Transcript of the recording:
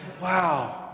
wow